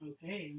Okay